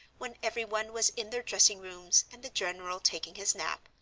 when everyone was in their dressing rooms and the general taking his nap,